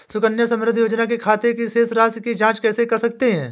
सुकन्या समृद्धि योजना के खाते की शेष राशि की जाँच कैसे कर सकते हैं?